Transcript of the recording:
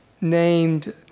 named